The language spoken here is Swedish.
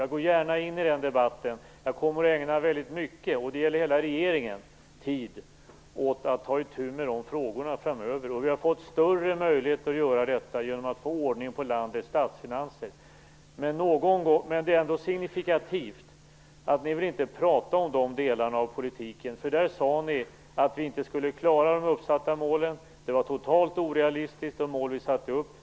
Jag går gärna in i den debatten. Jag kommer att ägna väldigt mycket tid - och det gäller hela regeringen - åt att ta itu med de frågorna framöver, och vi har fått större möjlighet att göra detta genom att få ordning på landets statsfinanser. Men det är ändå signifikativt att ni inte vill prata om de delarna av politiken, eftersom ni ju sade att vi där inte skulle klara de uppsatta målen. De mål vi satte upp var totalt orealistiska.